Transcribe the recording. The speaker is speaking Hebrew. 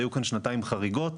היו כאן שנתיים חריגות,